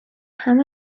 همه